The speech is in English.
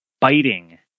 biting